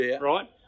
right